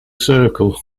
circle